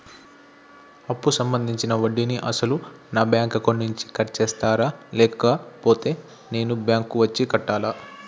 అప్పు సంబంధించిన వడ్డీని అసలు నా బ్యాంక్ అకౌంట్ నుంచి కట్ చేస్తారా లేకపోతే నేను బ్యాంకు వచ్చి కట్టాలా?